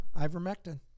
ivermectin